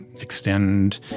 extend